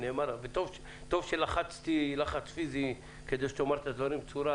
וטוב שלחצתי לחץ כדי שתאמר את הדברים בצורה